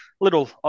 little